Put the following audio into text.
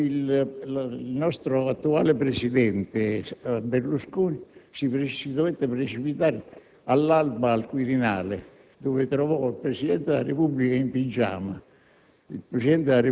Il nostro attuale presidente Berlusconi si dovette precipitare all'alba al Quirinale, dove trovò il Presidente della Repubblica in pigiama.